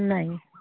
नाही